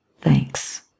Thanks